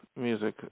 music